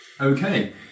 Okay